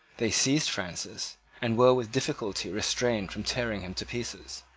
they seized francis and were with difficulty restrained from tearing him to pieces.